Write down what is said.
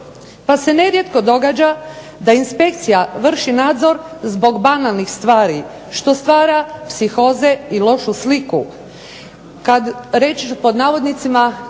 pa se nerijetko događa da inspekcija vrši nadzor zbog banalnih stvari što stvara psihoze i lošu sliku.